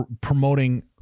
promoting